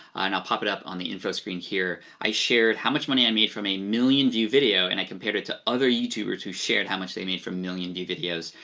and i'll pop it up on the info screen here, i shared how much money i made from a million view video and i compared it to other youtubers who shared how much they made from million view videos,